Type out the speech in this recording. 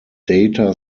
data